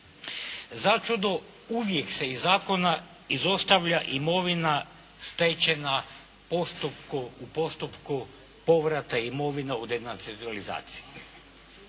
Začudo uvijek se iz zakona izostavlja imovina stečena u postupku povrata imovine o denacionalizaciji